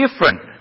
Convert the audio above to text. different